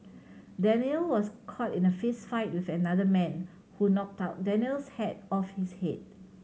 Daniel was caught in a fistfight with another man who knocked Daniel's hat off his head